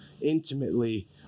intimately